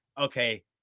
okay